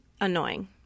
annoying